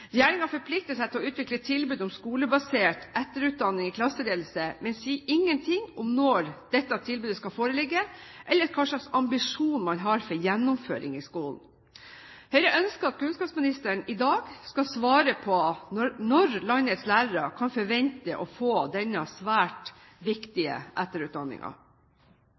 forplikter seg til å utvikle tilbud om skolebasert etterutdanning i klasseledelse, men sier ingenting om når dette tilbudet skal foreligge, eller hva slags ambisjon man har for gjennomføring i skolen. Høyre ønsker at kunnskapsministeren i dag skal svare på når landets lærere kan forvente å få denne svært viktige